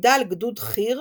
שפיקדה על גדוד חי"ר